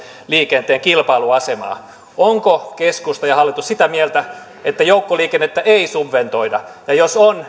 liikenteen kilpailuasemaa ovatko keskusta ja hallitus sitä mieltä että joukkoliikennettä ei subventoida ja jos on